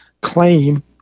claim